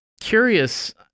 curious